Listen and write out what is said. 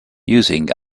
using